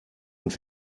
und